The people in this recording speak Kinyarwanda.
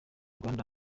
rwanda